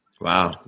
Wow